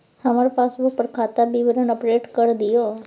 हमर पासबुक पर खाता विवरण अपडेट कर दियो